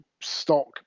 stock